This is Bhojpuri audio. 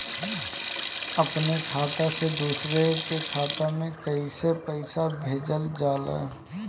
अपने खाता से दूसरे के खाता में कईसे पैसा भेजल जाला?